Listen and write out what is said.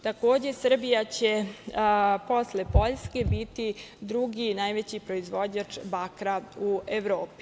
Takođe, Srbija će posle Poljske biti drugi najveći proizvođač bakra u Evropi.